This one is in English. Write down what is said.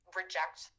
reject